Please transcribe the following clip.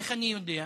איך אני יודע?